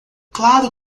claro